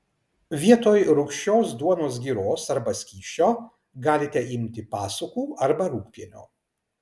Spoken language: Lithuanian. vietoj rūgščios duonos giros arba skysčio galite imti pasukų arba rūgpienio